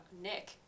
Nick